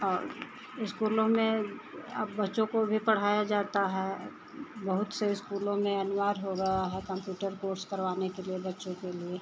और इस्कूलों में अब बच्चों को भी पढ़ाया जाता है बहुत से इस्कूलों में अनिवार्य हो गया है कंप्यूटर कोर्स करवाने के लिए बच्चों के लिए